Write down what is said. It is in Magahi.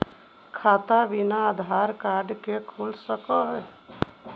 खाता बिना आधार कार्ड के खुल सक है?